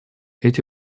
эти